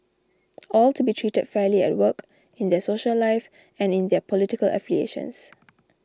all to be treated fairly at work in their social life and in their political affiliations